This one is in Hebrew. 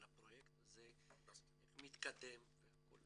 על הפרויקט הזה איך הוא מתקדם והכל.